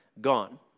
gone